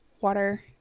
water